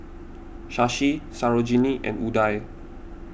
Shashi Sarojini and Udai